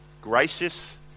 gracious